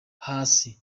hasi